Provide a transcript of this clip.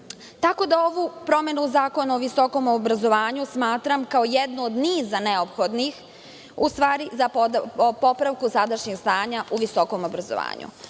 problem. Ovu promenu Zakona o visokom obrazovanju smatram kao jednu od niza neophodnih za popravku sadašnjeg stanja u visokom obrazovanju.